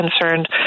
concerned